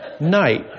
night